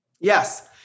Yes